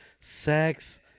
Sex